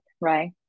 right